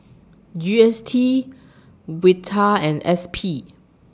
G S T Vital and S P